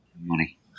money